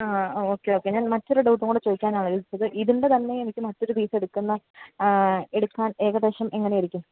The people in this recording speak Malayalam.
ആ ഓക്കെ ഓക്കെ ഞാന് മറ്റൊരു ഡൗട്ടും കൂടെ ചോദിക്കാനാണ് വിളിച്ചത് ഇതിന്റെ തന്നെ എനിക്ക് മറ്റൊരു പീസെടുക്കുന്നത് എടുക്കാന് ഏകദേശം എങ്ങനെയായിരിക്കും